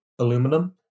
aluminum